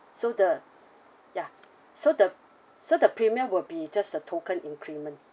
so the ya so the so the premium will be just a token increment